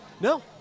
No